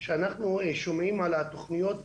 שאנחנו שומעים על התוכניות,